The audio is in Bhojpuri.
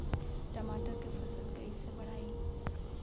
टमाटर के फ़सल कैसे बढ़ाई?